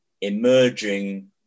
emerging